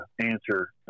answer